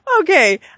okay